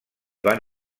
van